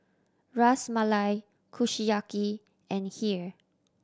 Ras Malai Kushiyaki and Kheer